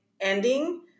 ending